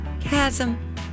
Chasm